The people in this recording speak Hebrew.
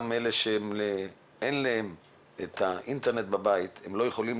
גם אלה שאין להם אינטרנט בבית ולא יכולים